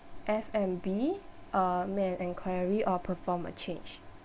F and B uh make an enquiry or perform a change